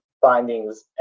findings